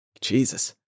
Jesus